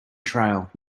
trail